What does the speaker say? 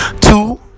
Two